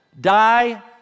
die